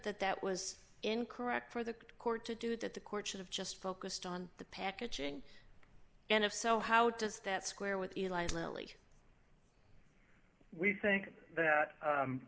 that that was incorrect for the court to do that the court should have just focused on the packaging and if so how does that square with eli lilly we think that